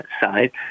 side